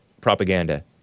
propaganda